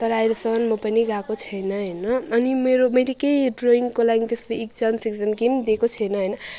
तर अहिलेसम्म म पनि गएको छैन होइन अनि मेरो मैले केही ड्रइङको लागि त्यस्तो इक्जाम सेक्जाम केही पनि दिएको छैन होइन